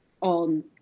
on